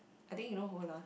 I think you know who lah